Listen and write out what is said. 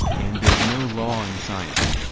and there's no law in science.